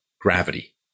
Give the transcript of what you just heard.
gravity